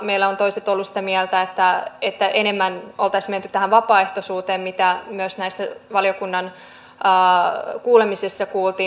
meillä ovat toiset olleet sitä mieltä että enemmän oltaisiin menty tähän vapaaehtoisuuteen mitä myös näissä valiokunnan kuulemisissa kuultiin